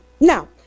Now